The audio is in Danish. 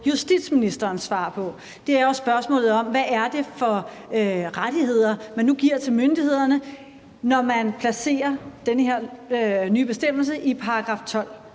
justitsministerens svar på, er jo spørgsmålet om, hvad det er for rettigheder, man nu giver til myndighederne, når man placerer den her nye bestemmelse i kapitel 12